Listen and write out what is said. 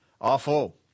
awful